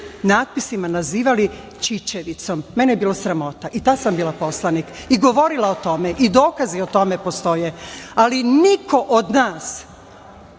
natpisima nazivali Ćićevicom. Mene je bilo sramota i tada sam bila poslanik i govorila o tome i dokazi o tome postoje. Ali, niko od nas